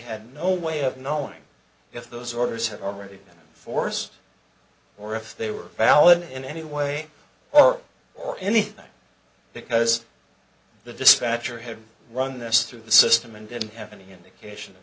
had no way of knowing if those orders had already been force or if they were valid in any way or or anything because the dispatcher had run this through the system and didn't have any indication